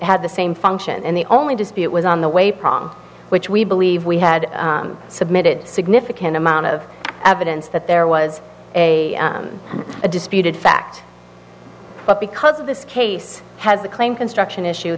had the same function and the only dispute was on the way prong which we believe we had submitted significant amount of evidence that there was a disputed fact but because of this case has a claim construction issue